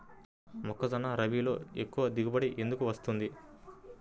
మొక్కజొన్న రబీలో ఎక్కువ దిగుబడి ఎందుకు వస్తుంది?